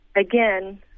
again